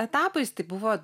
etapais tai buvo